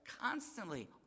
constantly